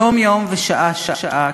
יום-יום ושעה-שעה,